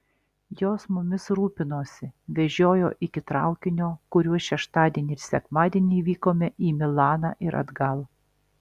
jos mumis rūpinosi vežiojo iki traukinio kuriuo šeštadienį ir sekmadienį vykome į milaną ir atgal